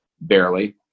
barely